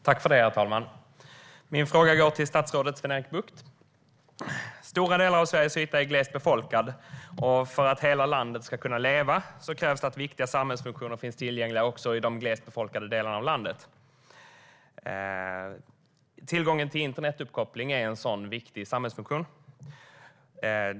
Herr talman! Min fråga går till statsrådet Sven-Erik Bucht. Stora delar av Sveriges yta är glest befolkade. För att hela landet ska kunna leva krävs det att viktiga samhällsfunktioner finns tillgängliga också i de glest befolkade delarna. Tillgången till internetuppkoppling är en sådan viktig samhällsfunktion.